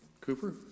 Cooper